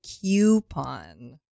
Coupon